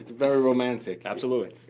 very romantic. absolutely.